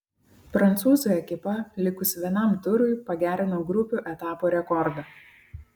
prancūzų ekipa likus vienam turui pagerino grupių etapo rekordą